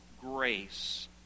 grace